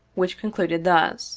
which concluded thus